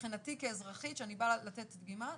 מבחינתי כאזרחית כשאני באה לתת דגימה,